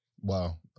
Wow